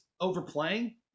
overplaying